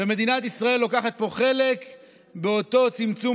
ומדינת ישראל לוקחת פה חלק באותו צמצום